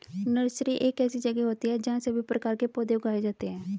nursery एक ऐसी जगह होती है जहां सभी प्रकार के पौधे उगाए जाते हैं